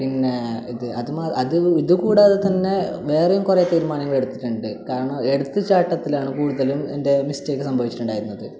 പിന്നെ ഇത് അതുമാ ഇത് ഇതുകൂടാതെ തന്നെ വേറെയും കുറെ തീരുമാനങ്ങൾ എടുത്തിട്ടുണ്ട് കാരണം എടുത്തുചാട്ടത്തിലാണ് കൂടുതലും എൻ്റെ മിസ്റ്റേക്ക് സംഭവിച്ചിട്ടുണ്ടായിരുന്നത്